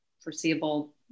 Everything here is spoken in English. foreseeable